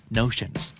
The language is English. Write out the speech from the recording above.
notions